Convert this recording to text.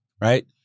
right